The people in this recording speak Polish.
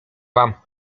wam